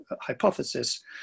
hypothesis